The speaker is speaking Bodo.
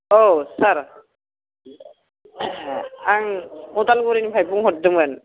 औ सार आं अदालगुरिनिफ्राय बुंहरदोंमोन